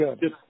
good